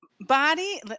Body